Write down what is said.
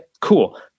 cool